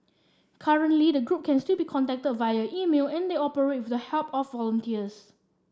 currently the group can still be contacted via email and they operate with the help of volunteers